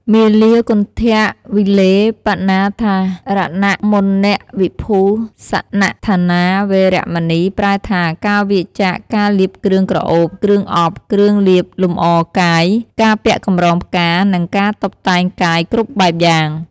មាលាគន្ធវិលេបនធារណមណ្ឌនវិភូសនដ្ឋានា វេរមណី ប្រែថា ការវៀរចាកការលាបគ្រឿងក្រអូប គ្រឿងអប់ គ្រឿងលាបលម្អកាយ ការពាក់កម្រងផ្កា និងការតុបតែងកាយគ្រប់បែបយ៉ាង។